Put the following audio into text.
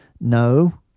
No